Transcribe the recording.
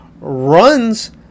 runs